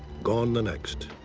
gone the next.